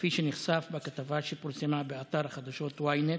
כפי שנחשף בכתבה שפורסמה באתר החדשות ynet,